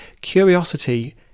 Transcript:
curiosity